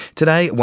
Today